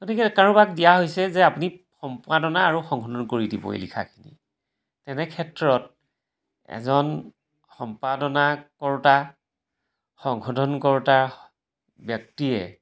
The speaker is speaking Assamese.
গতিকে কাৰোবাক দিয়া হৈছে যে আপুনি সম্পাদনা আৰু সংশোধন কৰি দিব এই লিখাখিনি তেনেক্ষেত্ৰত এজন সম্পাদনা কৰোঁতা সংশোধন কৰোঁতা ব্যক্তিয়ে